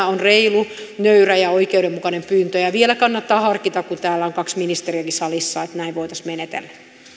on reilu nöyrä ja oikeudenmukainen pyyntö ja vielä kannattaa harkita kun täällä on kaksi ministeriäkin salissa että näin voitaisiin menetellä